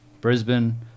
brisbane